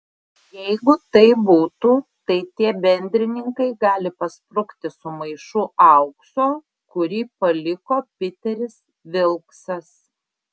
jeigu taip būtų tai tie bendrininkai gali pasprukti su maišu aukso kurį paliko piteris vilksas